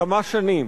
כמה שנים,